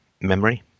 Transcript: memory